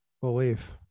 belief